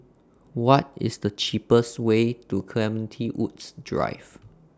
What IS The cheapest Way to Clementi Woods Drive